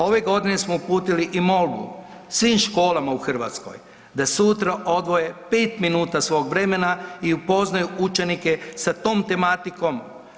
Ove godine smo uputili i molbu svim školama u Hrvatskoj da sutra odvoje 5 minuta svog vremena i upoznaju učenike sa tom tematikom.